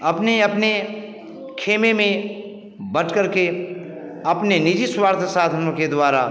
अपने अपने खेमे में बंट करके अपने निजी स्वार्थ साधनों के द्वारा